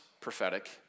prophetic